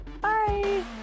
bye